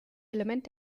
element